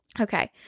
Okay